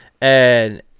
And-